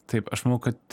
taip aš manau kad